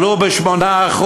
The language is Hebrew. עלו ב-8%.